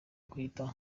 guhita